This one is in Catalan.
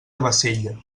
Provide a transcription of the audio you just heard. bassella